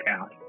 out